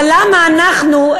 אבל למה אנחנו,